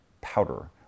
powder